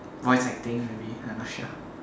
voice acting maybe I not sure